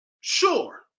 Sure